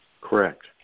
Correct